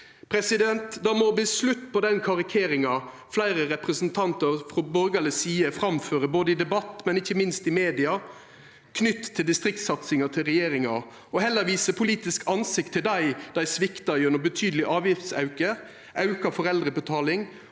Det må bli slutt på den karikeringa fleire representantar frå borgarleg side framfører både i debatt og ikkje minst i media knytt til distriktssatsinga til regjeringa. Dei bør heller vise politisk ansikt til dei dei sviktar gjennom betydeleg avgiftsauke, auka foreldrebetaling